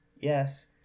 Yes